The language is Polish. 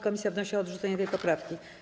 Komisja wnosi o odrzucenie tej poprawki.